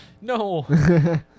No